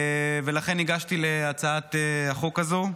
לכן הגשתי את הצעת החוק הזו.